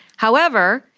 however,